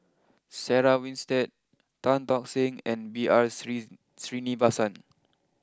Sarah Winstedt Tan Tock Seng and B R three Threenivasan